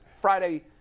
Friday